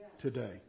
Today